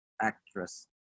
actress